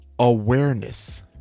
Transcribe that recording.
Awareness